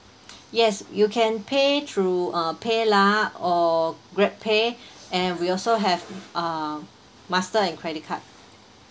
yes you can pay through uh paylah or grabpay and we also have uh Master and credit card